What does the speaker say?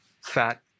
fat